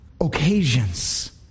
occasions